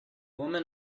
woman